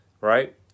right